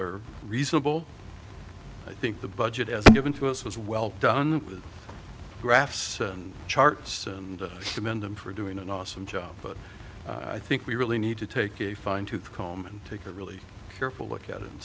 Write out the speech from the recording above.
are reasonable i think the budget as given to us was well done with graphs and charts and commend them for doing an awesome job but i think we really need to take a fine tooth comb and take a really careful look at it and